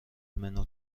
منو